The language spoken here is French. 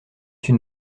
une